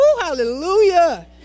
Hallelujah